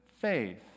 faith